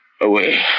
Away